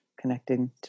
connecting